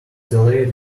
delayed